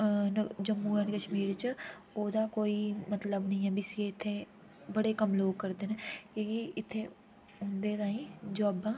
Jammu and Kashmir च ओह्दा कोई मतलब नेईं ऐ बीसीए ते बड़े कम लोग करदे न कि के इ'त्थै उं'दे ताईं जोबां